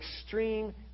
extreme